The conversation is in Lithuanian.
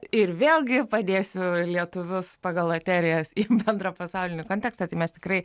ir vėlgi padėsiu lietuvius pagal loterijas į bendrą pasaulinį kontekstą tai mes tikrai